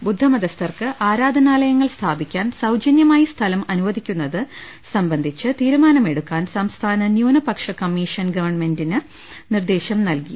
ബുദ്ധമതസ്ഥർക്ക് ആരാധനാലയങ്ങൾ സ്ഥാപിക്കാൻ സൌ ജന്യമായി സ്ഥലം അനുവദിക്കുന്നത് സംബന്ധിച്ച് തീരുമാനമെ ടുക്കാൻ സംസ്ഥാന ന്യൂനപക്ഷ കമ്മീഷൻ ഗവൺമെന്റിന് നിർ ദേശം നൽകി